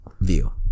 view